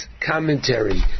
commentary